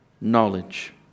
knowledge